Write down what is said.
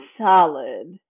solid